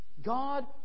God